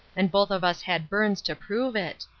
and both of us had burns to prove it,